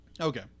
Okay